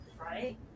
right